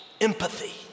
empathy